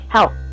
Help